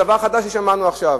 זה דבר חדש ששמענו עכשיו,